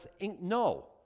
No